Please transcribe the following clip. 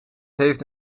heeft